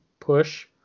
push